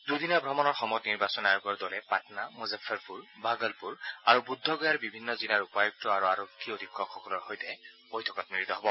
দুদিনীয়া ভ্ৰমণৰ সময়ত নিৰ্বাচন আয়োগৰ দলে পাটনা মুজাফ্ফৰপুৰ ভাগলপুৰ আৰু বুদ্ধগয়াৰ বিভিন্ন জিলাৰ উপায়ুক্ত আৰু আৰক্ষী অধীক্ষকসকলৰ সৈতে বৈঠকত মিলিত হ'ব